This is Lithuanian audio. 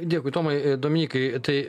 dėkui tomai a dominykai tai